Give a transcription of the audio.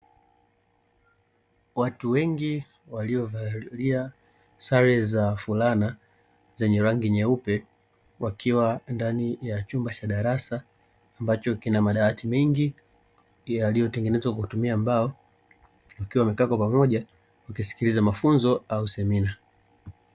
Watu wengii waliovalia sare za fulana zenye rangi nyeupe wakiwa ndani ya chumba cha darasa, amabacho kina madawati mengi yaliyotengenezwa kwa kutumia mbao, wakiwa wamekaa kwa pamoja wakisikiliza mafunzo au semina.